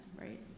right